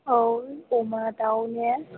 औ अमा दाउ ने